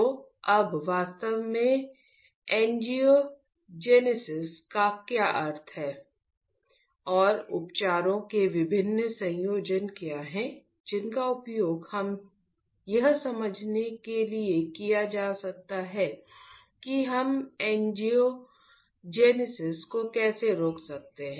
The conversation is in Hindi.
तो अब वास्तव में एंजियोजेनेसिस का क्या अर्थ है और उपचारों के विभिन्न संयोजन क्या हैं जिनका उपयोग यह समझने के लिए किया जा सकता है कि हम एंजियोजेनेसिस को कैसे रोक सकते हैं